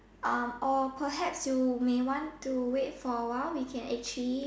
or perhaps you want to wait for a while we can actually